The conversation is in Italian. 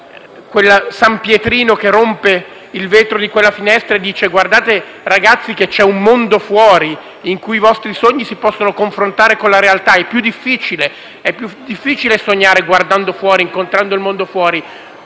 È più difficile sognare guardando fuori e incontrando il mondo, però